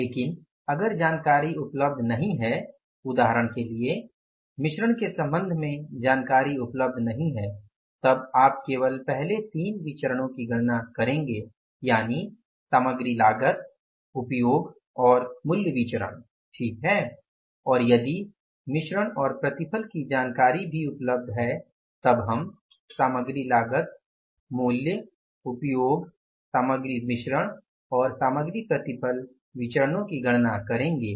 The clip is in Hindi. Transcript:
लेकिन अगर जानकारी उपलब्ध नहीं है उदाहरण के लिए मिश्रण के संबंध में जानकारी उपलब्ध नहीं है तब आप केवल पहले तीन विचरणो की गणना करेंगे यानि सामग्री लागत उपयोग और मूल्य विचरण सही है और यदि मिश्रण और प्रतिफल की जानकारी भी उपलब्ध है तब हम सामग्री लागत मूल्य उपयोग सामग्री मिश्रण और सामग्री प्रतिफल विचरणो की गणना करेंगे